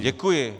Děkuji.